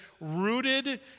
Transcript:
rooted